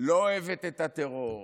לא אוהבת את הטרור,